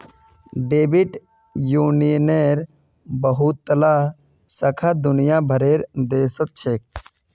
credit यूनियनेर बहुतला शाखा दुनिया भरेर देशत छेक